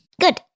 Good